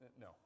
no